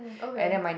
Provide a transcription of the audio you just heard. okay